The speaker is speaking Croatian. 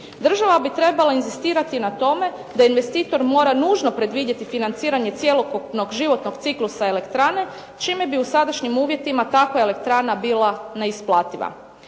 Država bi trebala inzistirati na tome da investitor mora nužno predvidjeti financiranje cjelokupnog životnog ciklusa elektrane čime bi u sadašnjim uvjetima takva elektrana bila neisplativa.